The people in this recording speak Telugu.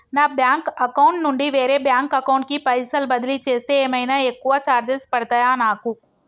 నా బ్యాంక్ అకౌంట్ నుండి వేరే బ్యాంక్ అకౌంట్ కి పైసల్ బదిలీ చేస్తే ఏమైనా ఎక్కువ చార్జెస్ పడ్తయా నాకు?